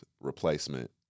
replacement